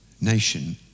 nation